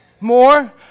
More